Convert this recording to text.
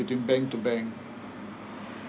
between bank to bank